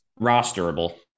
Rosterable